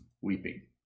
weeping